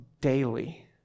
daily